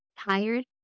tired